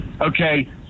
Okay